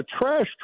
trash